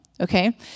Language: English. Okay